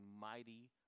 mighty